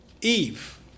Eve